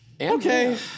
Okay